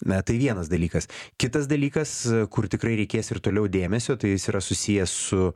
na tai vienas dalykas kitas dalykas kur tikrai reikės ir toliau dėmesio tai jis yra susijęs su